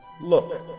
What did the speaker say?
Look